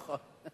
נכון.